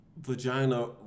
Vagina